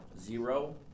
zero